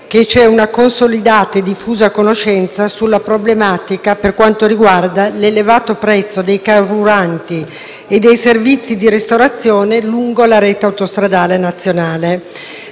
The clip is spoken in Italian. di pubblica, consolidata e diffusa conoscenza la problematica degli elevati prezzi dei carburanti e dei servizi di ristorazione lungo la rete autostradale nazionale,